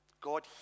God